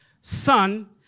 son